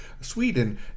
Sweden